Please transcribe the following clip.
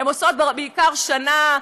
הן עושות בעיקר שנה,